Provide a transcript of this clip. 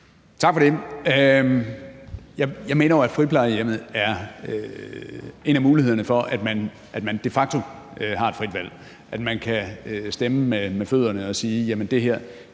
Tak for det. Jeg mener jo, at friplejehjemmene er en af mulighederne for, at man de facto har et frit valg; at man kan stemme med fødderne og sige, at det her